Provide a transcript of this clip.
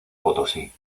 potosí